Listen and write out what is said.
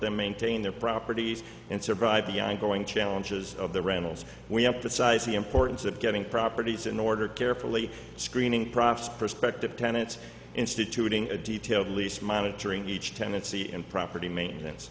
them maintain their properties and survive the ongoing challenges of the randalls we have to size the importance of getting properties in order carefully screening profs prospective tenants instituting a detailed lease monitoring each tenancy and property maintenance